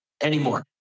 anymore